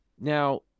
Now